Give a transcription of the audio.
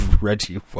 Reggie